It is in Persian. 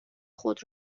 خود